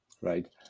right